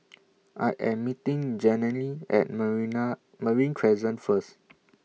I Am meeting Jenelle At Marina Marine Crescent First